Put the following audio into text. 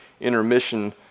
intermission